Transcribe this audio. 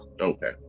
Okay